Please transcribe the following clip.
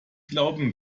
glauben